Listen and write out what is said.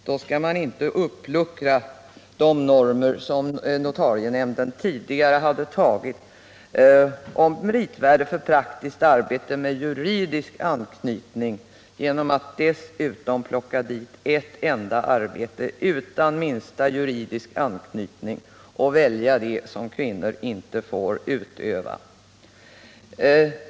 Då skall man inte luckra upp de normer som notarienämnden tidigare antagit om meritvärde för praktiskt arbete med juridisk anknytning genom att dessutom plocka dit ett enda arbete utan minsta juridisk anknytning och välja ett sådant som kvinnor inte får utöva.